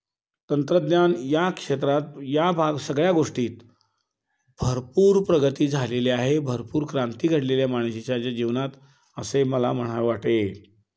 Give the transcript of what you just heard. तंत्रज्ञान या क्षेत्रात या भाग सगळ्या गोष्टीत भरपूर प्रगती झालेली आहे भरपूर क्रांती घडलेल्या माणसाच्या ज्या जीवनात असे मला म्हणाय वाटेल